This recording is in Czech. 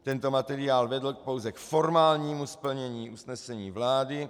Tento materiál vedl pouze k formálnímu splnění usnesení vlády.